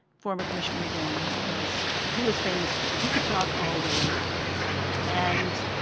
former commissioner mcgann was. he was famous for it. he could talk all day long and.